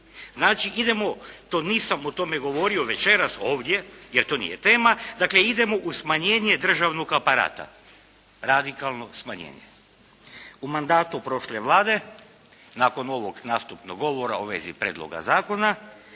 Znači idemo, to nisam o tome govorio večeras ovdje, jer to nije tema, dakle idemo u smanjenje državnog aparata, radikalno smanjenje. U mandatu prošle Vlade nakon ovog nastupnog govora u vezi prijedloga zakona,